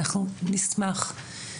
אנחנו נשמח.